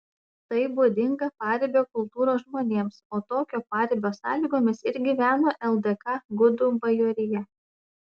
tai būdinga paribio kultūros žmonėms o tokio paribio sąlygomis ir gyveno ldk gudų bajorija